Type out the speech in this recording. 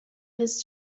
his